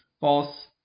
false